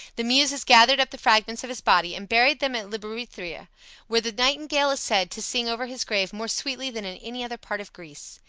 the muses gathered up the fragments of his body and buried them at libethra, where the nightingale is said to sing over his grave more sweetly than in any other part of greece.